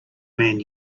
man